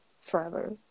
forever